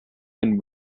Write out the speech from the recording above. and